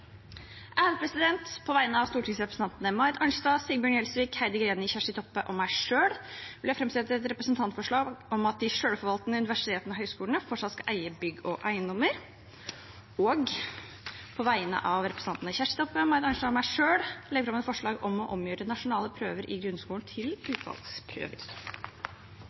På vegne av stortingsrepresentantene Marit Arnstad, Sigbjørn Gjelsvik, Heidi Greni, Kjersti Toppe og meg selv vil jeg framsette et representantforslag om at de selvforvaltende universitetene og høgskolene fortsatt skal eie bygg og eiendommer. På vegne av representantene Kjersti Toppe, Marit Arnstad og meg selv vil jeg legge fram et forslag om å omgjøre nasjonale prøver i grunnskolen til